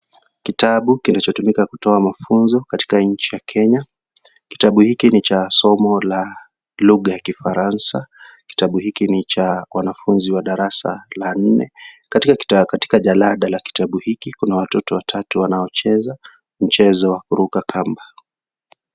Kitabu kinachotumika katika kutoa mafunzo nchini Kenya, kitabu hiki ni cha somo la kifaransa , kitabu hiki ni cha wanafunzi wa darasa la nne, katika jalada la kitabu hiki kuna watoto wanaocheza mchezo wa kuruka kamba.